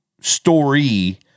story